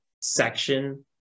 section